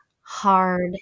hard